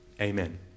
amen